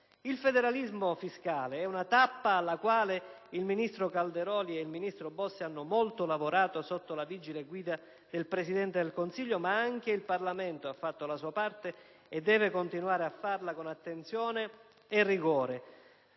Il federalismo fiscale è una tappa alla quale i ministri Calderoli e Bossi hanno molto lavorato sotto la vigile guida del Presidente del Consiglio, ma anche il Parlamento ha fatto la sua parte e deve continuare a farla con attenzione e rigore